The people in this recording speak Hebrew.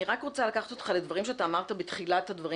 אני רק רוצה לקחת אותך לדברים שאתה אמרת בתחילת הדברים